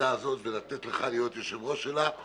הוועדה הזאת ולתת לך להיות היושב-ראש שלה.